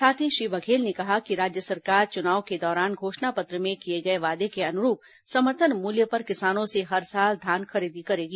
साथ ही श्री बघेल ने कहा कि राज्य सरकार चुनाव के दौरान घोषणा पत्र में किए गए वादे के अनुरूप समर्थन मूल्य पर किसानों से हर साल धान खरीदी करेगी